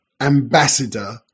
ambassador